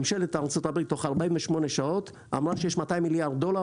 ממשלת ארצות הברית אמרה תוך 48 שעות שיש 200 מיליארד דולר